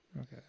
Okay